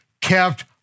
kept